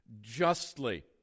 justly